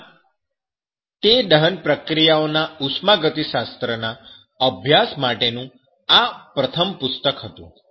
આમ તે દહન પ્રક્રિયાઓ ના ઉષ્માગતિશાસ્ત્રના અભ્યાસ માટેનું આ પ્રથમ પુસ્તક હતું